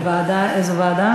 לאיזו ועדה?